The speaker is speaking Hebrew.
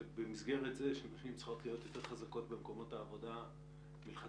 זה במסגרת זה שנשים צריכות להיות יותר חזקות במקומות העבודה מלכתחילה.